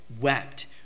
wept